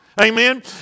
Amen